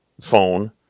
phone